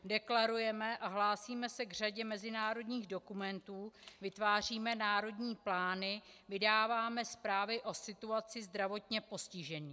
Deklarujeme a hlásíme se k řadě mezinárodních dokumentů, vytváříme národní plány, vydáváme zprávy o situaci zdravotně postižených.